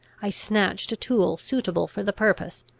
i snatched a tool suitable for the purpose,